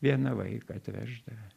vieną vaiką atveždavo